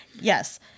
Yes